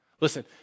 Listen